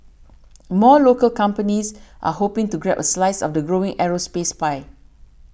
more local companies are hoping to grab a slice of the growing aerospace pie